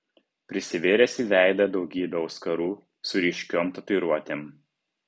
prisivėręs į veidą daugybę auskarų su ryškiom tatuiruotėm